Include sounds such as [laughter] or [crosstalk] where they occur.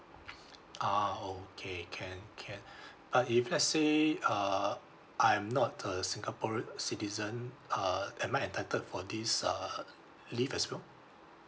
[breath] ah okay can can [breath] but if let's say uh I'm not a singaporean citizen uh am I entitled for this uh leave as well